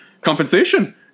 compensation